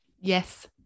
yes